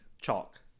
Chalk